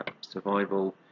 survival